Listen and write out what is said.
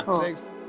Thanks